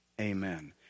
Amen